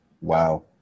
Wow